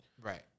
Right